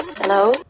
Hello